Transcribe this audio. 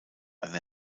eine